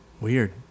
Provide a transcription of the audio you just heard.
Weird